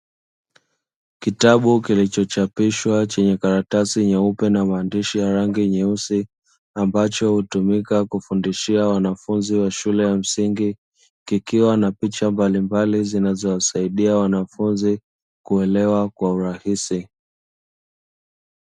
Kitabu kilichochapishwa chenye karatasi nyeupe na maandishi ya rangi nyeusi ambacho hutumika kufundishia wanafunzi wa shule ya msingi, kikiwa na picha mbalimbali zinazowasaidia wanafunzi kuelewa kwa urahisi.